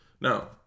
Now